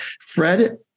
Fred